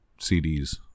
CDs